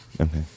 Okay